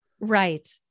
Right